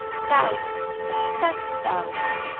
thousands, and ten thousands,